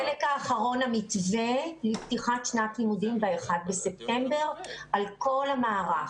ובחלק האחרון המתווה לפתיחת שנת לימודים באחד בספטמבר על כל המערך.